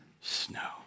snow